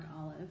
olive